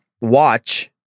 watch